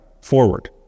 forward